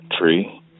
tree